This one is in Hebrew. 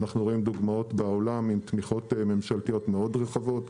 אנחנו רואים דוגמאות בעולם עם תמיכות ממשלתיות מאוד רחבות,